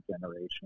generation